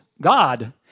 God